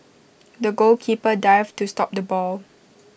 the goalkeeper dived to stop the ball